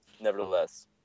nevertheless